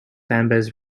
members